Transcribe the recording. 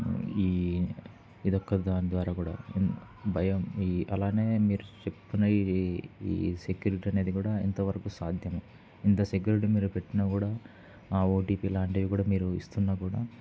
ఈ ఇదోక్క దాని ద్వారా కూడా భయం అలానే మీరు చెప్తున్న ఈ ఈ సెక్యూరిటీ అనేది కూడా ఇంతవరకు సాధ్యం ఇంత సెక్యూరిటీ మీరు పెట్టినా కూడా ఆ ఓటీపీ లాంటివి కూడా మీరు ఇస్తున్నా కూడా